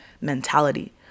mentality